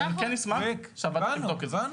אז אני כן אשמח שהוועדה תבדוק את זה.